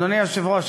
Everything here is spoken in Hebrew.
אדוני היושב-ראש,